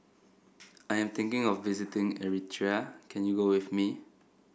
I am thinking of visiting Eritrea can you go with me